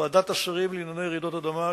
ועדת השרים לענייני רעידות אדמה,